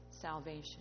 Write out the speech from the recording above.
salvation